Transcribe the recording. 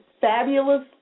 fabulous